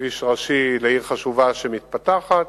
כביש ראשי לעיר חשובה שמתפתחת.